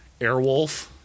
Airwolf